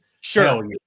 sure